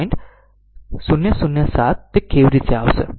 007 તે કેવી રીતે આવશે